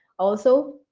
also.